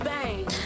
Bang